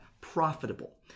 profitable